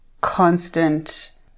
constant